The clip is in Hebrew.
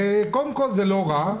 קודם כול, זה לא רע.